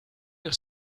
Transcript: your